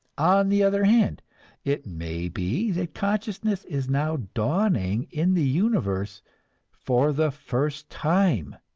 on the other hand it may be that consciousness is now dawning in the universe for the first time.